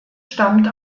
stammt